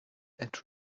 and